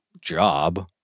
job